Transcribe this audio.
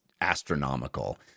astronomical